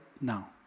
now